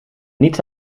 niets